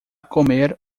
comer